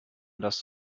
lasst